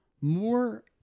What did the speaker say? more